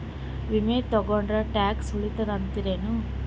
ವಿಮಾ ತೊಗೊಂಡ್ರ ಟ್ಯಾಕ್ಸ ಉಳಿತದ ಅಂತಿರೇನು?